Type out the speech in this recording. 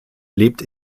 lebt